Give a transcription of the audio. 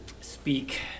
speak